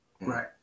Right